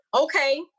okay